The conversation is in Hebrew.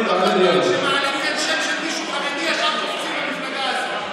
כשמעלים שם של מישהו חרדי ישר קופצים במפלגה הזאת.